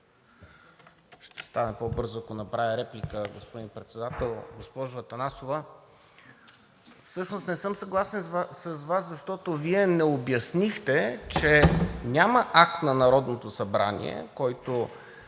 Ще стане по-бързо, ако направя реплика, господин Председател. Госпожо Атанасова, всъщност не съм съгласен с Вас, защото Вие не обяснихте, че няма акт на Народното събрание, който